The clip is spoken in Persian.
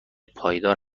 پایدار